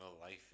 life